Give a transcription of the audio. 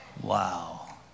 Wow